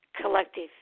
collective